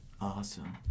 Awesome